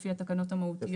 לפי התקנות המהותיות.